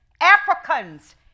Africans